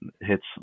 hits